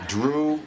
drew